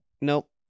nope